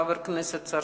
חבר הכנסת צרצור,